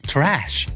Trash